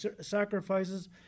sacrifices